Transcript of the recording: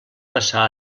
passar